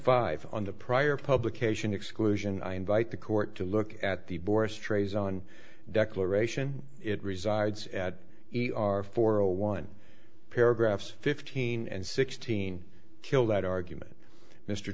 five on the prior publication exclusion i invite the court to look at the bourse trays on declaration it resides at our for a one paragraph fifteen and sixteen kill that argument mr